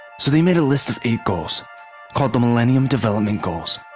so they made a list of eight goals called the millennium development goals,